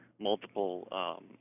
multiple